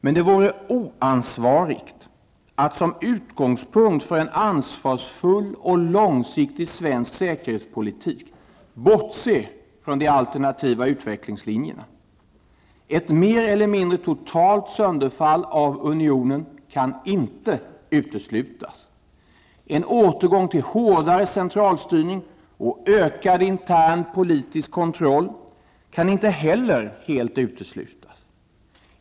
Men det vore oansvarigt att som utgångspunkt för en ansvarsfull och långsiktig svensk säkerhetspolitik bortse från de alternativa utvecklingslinjerna. Ett mer eller mindre totalt sönderfall av unionen kan inte uteslutas. En återgång till hårdare centralstyrning och ökad intern politisk kontroll kan inte heller helt uteslutas.